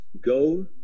Go